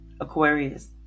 Aquarius